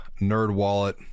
NerdWallet